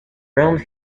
ruined